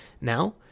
Now